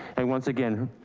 and once again,